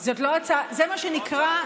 זה מה שנקרא,